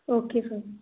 okay sir